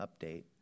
update